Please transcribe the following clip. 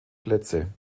plätze